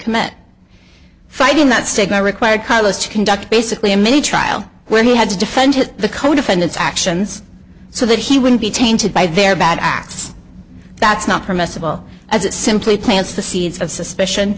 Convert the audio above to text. commit fighting that stigma required us to conduct basically a mini trial where he had to defend the co defendants actions so that he wouldn't be tainted by their bad acts that's not permissible as it simply plants the seeds of suspicion